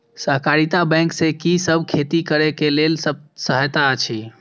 सहकारिता बैंक से कि सब खेती करे के लेल सहायता अछि?